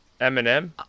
Eminem